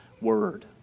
Word